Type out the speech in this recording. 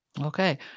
Okay